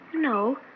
No